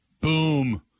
Boom